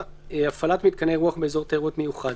הפעלת מיתקני אירוח באזור תיירות מיוחד.